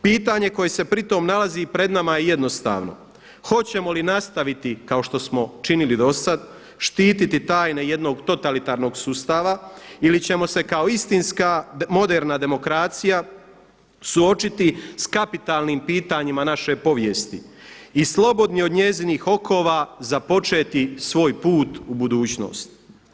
Pitanje koje se pri tome nalazi i pred nama je jednostavno hoćemo li nastaviti kao što smo činili do sada štititi tajne jednog totalitarnog sustava ili ćemo se kao istinska moderna demokracija suočiti sa kapitalnim pitanjima naše povijesti i slobodni od njezinih okova započeti svoj put u budućnost?